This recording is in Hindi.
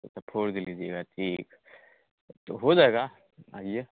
फोर जी लीजिएगा ठीक तो हो जाएगा आइए